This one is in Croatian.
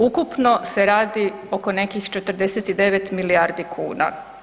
Ukupno se radi oko nekih 49 milijardi kuna.